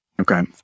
Okay